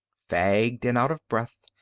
fagged and out of breath,